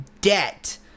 debt